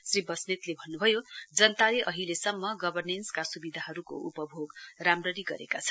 श्री बस्नेतले भन्न्भयो जनताले अहिलेसम्म गर्वनेन्सका स्विधाहरूको उपभोग राम्ररी गरेका छन्